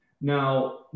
Now